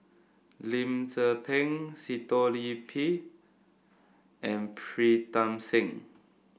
Lim Tze Peng Sitoh Yih Pin and Pritam Singh